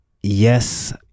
yes